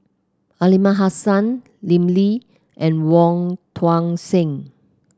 Aliman Hassan Lim Lee and Wong Tuang Seng